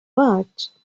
watched